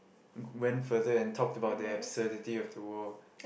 went further and talk about the absurdity of the wall